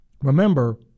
Remember